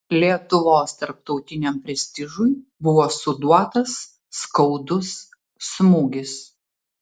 lietuvos tarptautiniam prestižui buvo suduotas skaudus smūgis